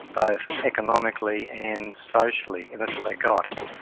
both economically and socially, and that's what they got.